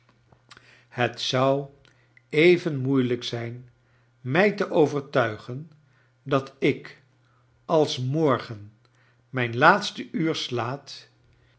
heti zou even moeilijk zijn mij te overtuigen dat ik als morgen mijn laatste uur slaat